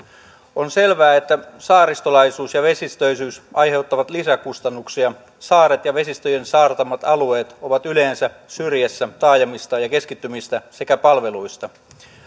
on selvää että saaristolaisuus ja vesistöisyys aiheuttavat lisäkustannuksia saaret ja vesistöjen saartamat alueet ovat yleensä syrjässä taajamista ja keskittymistä sekä palveluista